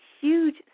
huge